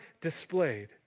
displayed